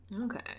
Okay